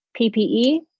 PPE